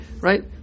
right